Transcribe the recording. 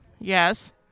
Yes